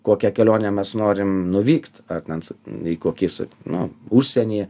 kokią kelionę mes norim nuvykt ar ten į kokį sa nu užsienį